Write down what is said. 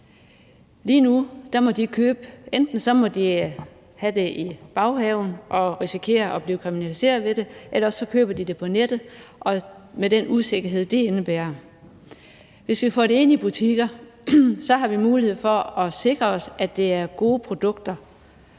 Lige nu må de enten have det i baghaven og risikere at blive kriminaliseret ved det, eller også køber de det på nettet med den usikkerhed, det indebærer. Hvis vi får det ind i butikker, har vi mulighed for at sikre os, at det er gode produkter,